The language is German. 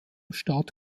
staat